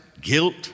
guilt